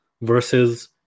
versus